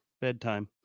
bedtime